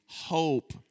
hope